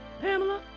Pamela